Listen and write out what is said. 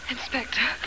Inspector